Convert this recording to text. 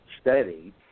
studied